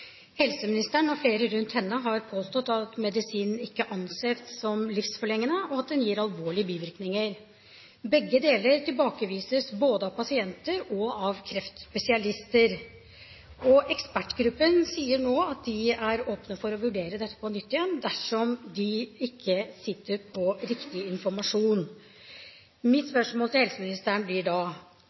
Helseministeren og flere rundt henne har påstått at medisinen ikke anses som livsforlengende, og at den gir alvorlige bivirkninger. Begge deler tilbakevises både av pasienter og av kreftspesialister, og ekspertgruppen sier nå at de er åpne for å vurdere dette på nytt dersom de ikke sitter på riktig informasjon. Mitt spørsmål til helseministeren blir da: